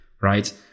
right